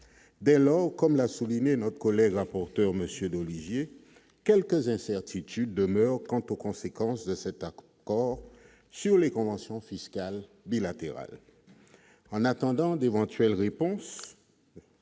dès lors comme l'a souligné, notre collègue rapporteur monsieur Lollivier quelques incertitudes demeurent quant aux conséquences de cet accord, or sur les conventions fiscales bilatérales en attendant d'éventuelles réponses.